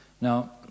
Now